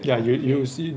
ya you'll you see